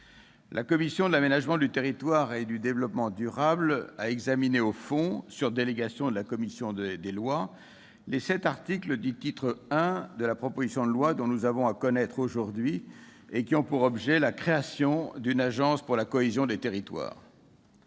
la commission de l'aménagement du territoire et du développement durable a examiné au fond, sur délégation de la commission des lois, les sept articles du titre I de la proposition de loi dont nous avons à connaître aujourd'hui. Ces articles ont pour objet de créer une agence nationale pour la cohésion des territoires.